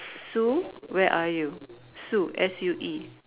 Sue where are you Sue S U E